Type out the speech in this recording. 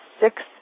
six